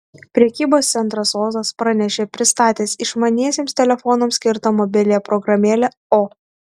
prekybos centras ozas pranešė pristatęs išmaniesiems telefonams skirtą mobiliąją programėlę o